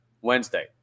Wednesday